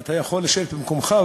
אם אתה יכול לשבת במקומך,